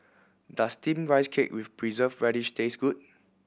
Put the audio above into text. does Steamed Rice Cake with Preserved Radish taste good